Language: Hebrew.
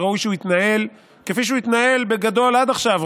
וראוי שהוא יתנהל כפי שהוא התנהל בגדול עד עכשיו,